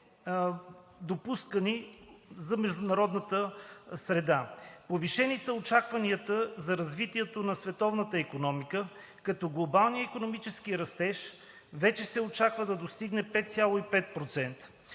допускани за международната среда. Повишени са очакванията за развитието на световната икономика, като глобалният икономически растеж вече се очаква да достигне 5,5%.